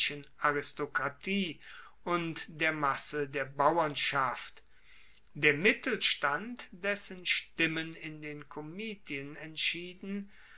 aristokratie und der masse der bauernschaft der mittelstand dessen stimmen in den komitien entschieden